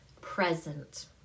present